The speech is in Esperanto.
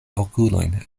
okulojn